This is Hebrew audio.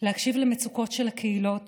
להקשיב למצוקות של הקהילות